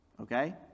Okay